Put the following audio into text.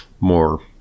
more